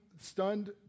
stunned